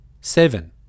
Seven